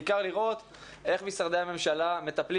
אבל בעיקר לראות איך משרדי ממשלה מטפלים